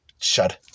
Shut